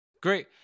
Great